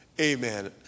Amen